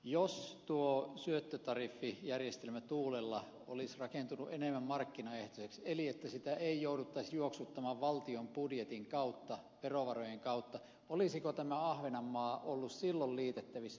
jos tuo syöttötariffijärjestelmä tuulella olisi rakentunut enemmän markkinaehtoiseksi eli sitä ei jouduttaisi juoksuttamaan valtion budjetin kautta verovarojen kautta olisiko ahvenanmaa ollut silloin liitettävissä siihen järjestelmään